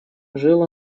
жил